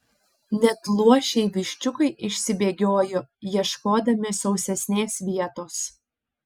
net luošiai viščiukai išsibėgiojo ieškodami sausesnės vietos